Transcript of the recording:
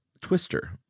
Twister